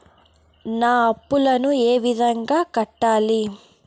నా అప్పులను ఏ విధంగా కట్టాలి?